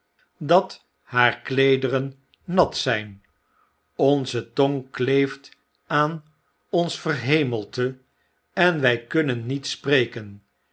dat haar kleederen nat zijn onze tong kleeft aan ons verhemelte en wy kunnen niet spreken